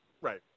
Right